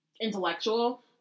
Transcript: intellectual